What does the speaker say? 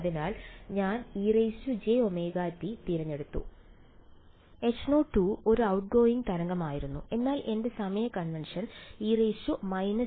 അതിനാൽ ഞാൻ ejωt തിരഞ്ഞെടുത്തു H0 ഒരു ഔട്ട്ഗോയിംഗ് തരംഗമായിരുന്നു എന്നാൽ എന്റെ സമയ കൺവെൻഷൻ e−jωt ആണെങ്കിൽ